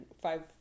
five